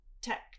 tech